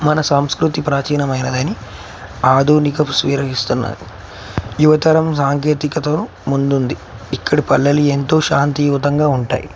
మన సంస్కృతి ప్రాచీనమైనదని ఆధునిక స్వీకరిస్తున్నారు యువతరం సాంకేతికత ముందుంది ఇక్కడ పల్లెలు ఎంతో శాంతియుతంగా ఉంటాయి